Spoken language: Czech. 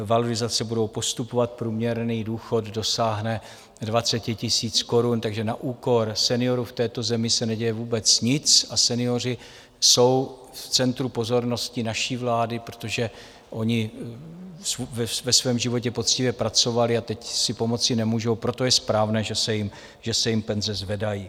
Valorizace budou postupovat, průměrný důchod dosáhne 20 000 korun, takže na úkor seniorů v této zemi se neděje vůbec nic a senioři jsou v centru pozornosti naší vlády, protože oni ve svém životě poctivě pracovali a teď si pomoci nemůžou, proto je správné, že se jim penze zvedají.